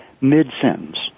mid-sentence